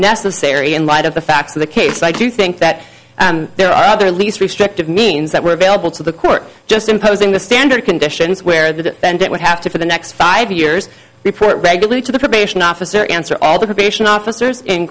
necessary in light of the facts of the case i do think that there are other least restrictive means that were available to the court just imposing the standard conditions where the defendant would have to for the next five years report regularly to the probation officer answer all the probation officers in